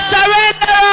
Surrender